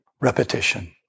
Repetition